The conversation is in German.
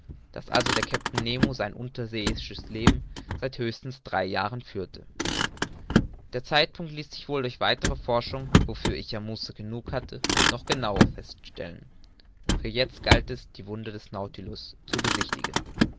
daß also der kapitän nemo sein unterseeisches leben seit höchstens drei jahren führte der zeitpunkt ließ sich wohl durch weitere forschung wofür ich ja muße genug hatte noch genauer feststellen für jetzt galt es die wunder des nautilus zu besichtigen